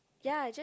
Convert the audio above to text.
ya just